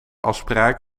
afspraak